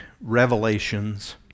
revelations